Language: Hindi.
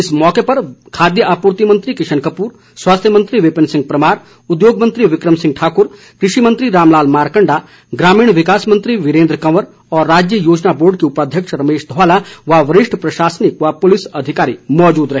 इस मौके खाद्य आपूर्ति मंत्री किशन कपूर स्वास्थ्य मंत्री विपिन सिंह परमार उद्योग मंत्री विक्रम सिंह कृषि मंत्री रामलाल मारकण्डा ग्रामीण विकास मंत्री वीरेन्द्र कंवर राज्य योजना बोर्ड के उपाध्यक्ष रमेश ध्वाला और वरिष्ठ प्रशासनिक व पुलिस अधिकारी मौजूद रहे